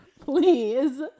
please